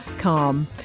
calm